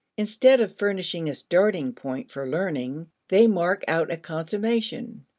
instead of furnishing a starting point for learning, they mark out a consummation.